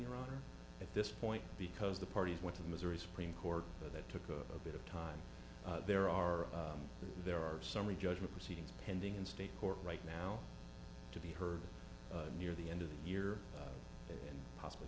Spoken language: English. iran at this point because the parties want to the missouri supreme court that took a bit of time there are there are summary judgment proceedings pending in state court right now to be heard near the end of the year and possibly